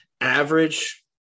Average